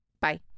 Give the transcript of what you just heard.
Bye